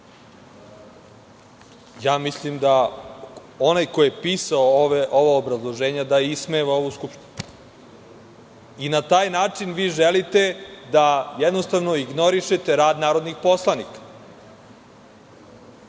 Mislim da onaj ko je pisao ovo obrazloženje ismeva ovu Skupštinu. Na taj način vi želite da jednostavno ignorišete rad narodnih poslanika.